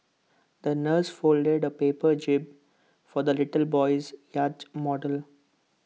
the nurse folded A paper jib for the little boy's yacht model